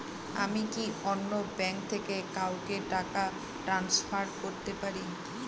আমি কি অন্য ব্যাঙ্ক থেকে কাউকে টাকা ট্রান্সফার করতে পারি?